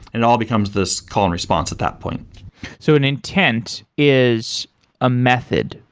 and it all becomes this call and response at that point so an intent is a method.